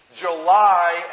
July